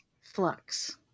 flux